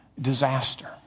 disaster